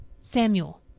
Samuel